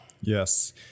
yes